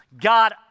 God